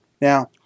Now